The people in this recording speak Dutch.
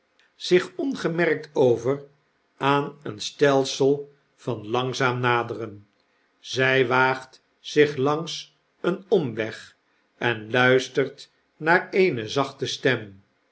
zich ongemerkt over aan een stelsel van langzaam naderen zy waagt zich langs een omweg en luistert naar eene zachte stem